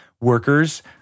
workers